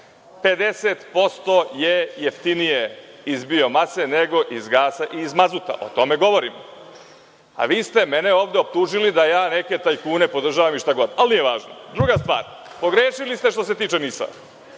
50% je jeftinije iz bio mase, nego iz gasa i iz mazuta. O tome govorim, a vi ste mene ovde optužili da ja neke tajkune podržavam i šta god, ali nije važno. Druga stvar, pogrešili ste što se tiče NIS-a,